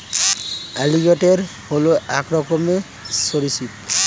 alligator হল এক রকমের সরীসৃপ